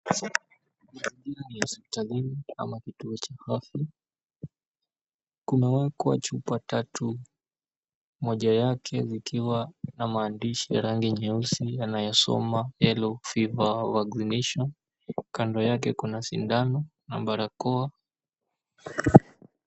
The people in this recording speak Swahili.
Hospitalini ama kituo cha polisi. Kumewekwa chupa tatu mojawake zikiwa na maandishi ya rangi nyeusi yanayosoma, "Yellow fever vaccination." Kando yake kuna sindano na barakoa.